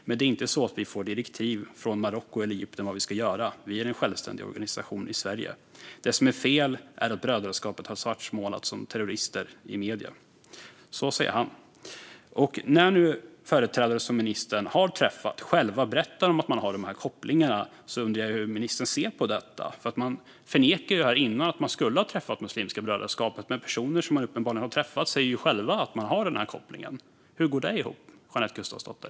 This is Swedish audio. Men det är inte så att vi får direktiv från Marocko eller Egypten om vad vi ska göra. Vi är en självständig organisation i Sverige. Det som är fel är att brödraskapet har svartmålats som terrorister i medierna. När nu företrädare som ministern har träffat själva berättar att man har de här kopplingarna undrar jag hur ministern ser på detta. Hon förnekade här tidigare att hon skulle ha träffat Muslimska brödraskapet, men personer som hon uppenbarligen har träffat säger ju själva att de har den här kopplingen. Hur går det ihop, Jeanette Gustafsdotter?